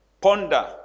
ponder